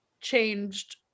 changed